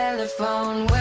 and the phone